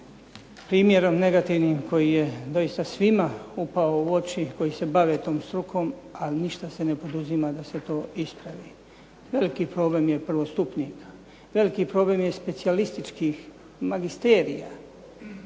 primjerom negativnim koji je doista svima upao u oči koji se bave tom strukom, ali ništa se ne poduzima da se to ispravi. Veliki problem je prvostupnika, veliki problem je specijalističkih magisterija.